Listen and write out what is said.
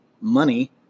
money